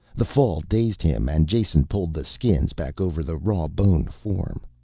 the fall dazed him and jason pulled the skins back over the raw-boned form.